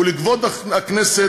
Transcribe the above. הוא לכבוד הכנסת,